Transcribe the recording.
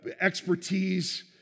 expertise